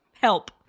Help